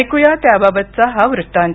ऐकूया त्याबाबतचा हा वृत्तांत